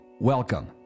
Welcome